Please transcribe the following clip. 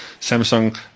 Samsung